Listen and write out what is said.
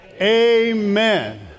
Amen